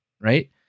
right